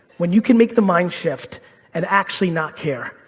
when you can make the mind shift and actually not care.